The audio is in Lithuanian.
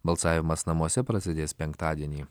balsavimas namuose prasidės penktadienį